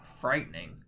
frightening